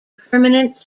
permanent